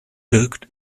birgt